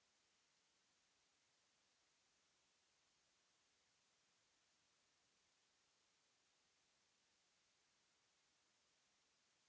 ...